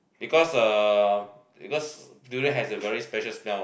because uh because durian has a very special smell